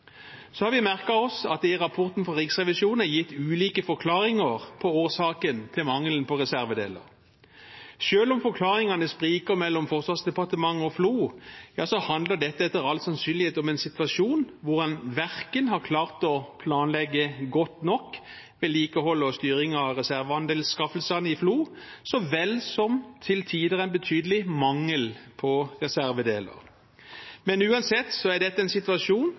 har merket oss at det i rapporten fra Riksrevisjonen er gitt ulike forklaringer på årsaken til mangelen på reservedeler. Selv om forklaringene spriker mellom Forsvarsdepartementet og FLO, handler dette etter all sannsynlighet om en situasjon hvor en ikke har klart å planlegge godt nok vedlikehold og styring av reservedelsanskaffelsene i FLO, og en til tider betydelig mangel på reservedeler. Uansett er dette en situasjon